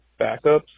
backups